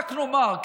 רק נאמר,